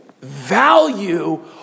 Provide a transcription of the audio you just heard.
value